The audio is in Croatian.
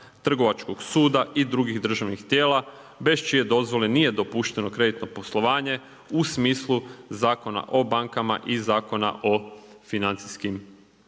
Trgovačkog suda i drugih državnih tijela bez čije dozvole nije dopušteno kreditno poslovanje u smislu Zakona o bankama i Zakona o financijskim